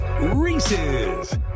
Reese's